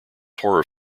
horror